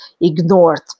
ignored